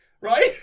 Right